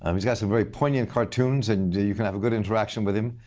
um he's got some very poignant cartoons, and you can have a good interaction with him,